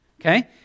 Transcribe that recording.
okay